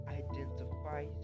identify